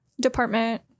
department